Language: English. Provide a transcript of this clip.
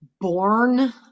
born